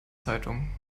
zeitung